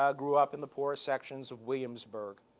um grew up in the poor sections of williamsburg.